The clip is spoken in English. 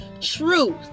truth